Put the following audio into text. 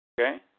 Okay